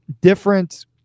different